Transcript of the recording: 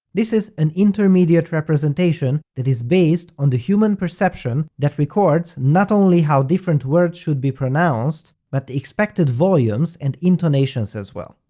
this is an intermediate representation that is based on the human perception that records not only how different words should be pronounced, but the expected volumes and intonations as well.